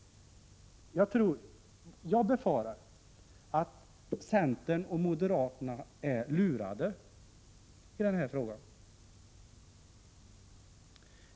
Jag befarar att centern och moderaterna har blivit lurade i denna fråga.